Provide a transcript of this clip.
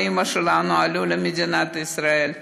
ואימא שלנו עלו למדינת ישראל.